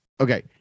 Okay